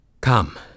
Come